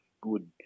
good